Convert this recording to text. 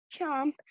chomp